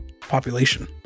population